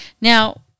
Now